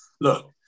look